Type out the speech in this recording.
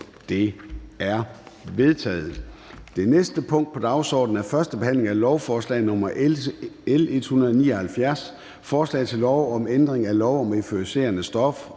Det er vedtaget. --- Det næste punkt på dagsordenen er: 9) 1. behandling af lovforslag nr. L 179: Forslag til lov om ændring af lov om euforiserende stoffer.